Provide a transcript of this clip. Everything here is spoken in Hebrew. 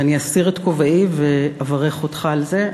ואני אסיר את כובעי ואברך אותך על זה.